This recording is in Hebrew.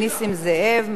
מיכאל בן-ארי,